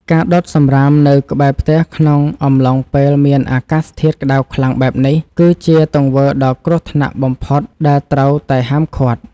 ការដុតសំរាមនៅក្បែរផ្ទះក្នុងអំឡុងពេលមានអាកាសធាតុក្តៅខ្លាំងបែបនេះ គឺជាទង្វើដ៏គ្រោះថ្នាក់បំផុតដែលត្រូវតែហាមឃាត់។